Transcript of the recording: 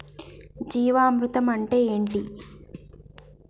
జీవామృతం అంటే ఏంటి?